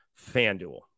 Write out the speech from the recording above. FanDuel